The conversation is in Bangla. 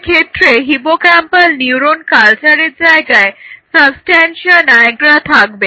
সেক্ষেত্রে হিপোক্যাম্পাল নিউরন কালচারের জায়গায় সাবস্ট্যানশিয়া নায়গ্রা থাকবে